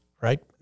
right